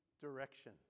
direction